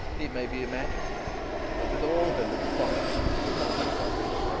it may be imagined, therefore, that with all her little follies she was not unpopular.